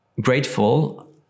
grateful